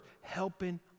helping